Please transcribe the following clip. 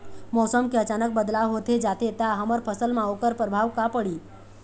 मौसम के अचानक बदलाव होथे जाथे ता हमर फसल मा ओकर परभाव का पढ़ी?